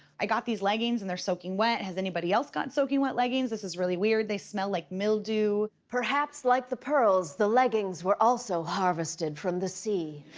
i got these leggings. and they're soaking wet. has anybody else got soaking wet leggings? this is really weird. they smell like mildew. perhaps like the pearls, the leggings were also harvested from the sea.